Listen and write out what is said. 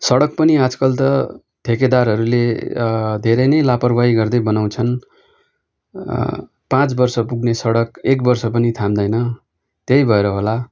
सडक पनि आजकल त ठेकेदारहरूले धेरै नै लापरवाही गर्दै बनाउँछन् पाँच वर्ष पुग्ने सडक एक वर्ष पनि थाम्दैन त्यही भएर होला